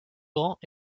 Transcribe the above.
grands